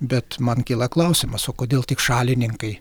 bet man kyla klausimas o kodėl tik šalininkai